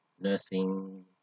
nursing